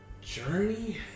journey